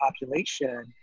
population